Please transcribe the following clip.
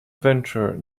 venture